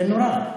זה נורא.